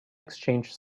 exchanged